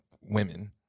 women